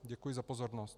Děkuji za pozornost.